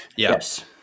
Yes